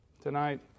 Tonight